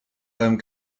einem